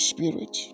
Spirit